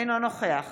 אינו נוכח